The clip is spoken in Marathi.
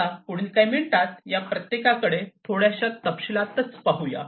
आता पुढील काही मिनिटांत या प्रत्येकाकडे थोड्याशा तपशीलात पाहूया